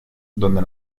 donde